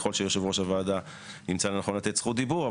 ככל שיושב ראש הוועדה ימצא לנכון לתת זכות דיבור.